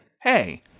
hey